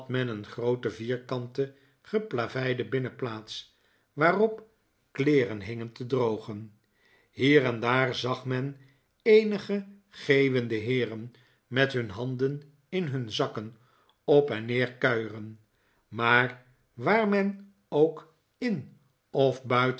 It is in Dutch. men een groote vierkante geplaveide binnenplaats waarop kleeren hingen te drogen hier en daar zag men eenige geeuwende heeren met hurt handen in hun zakken op en neer kuieren maar waar men ook in of buiten